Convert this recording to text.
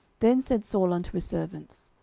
then said saul unto his servants,